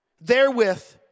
therewith